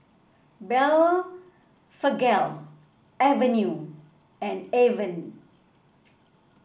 Blephagel Avene and Avene